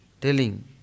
telling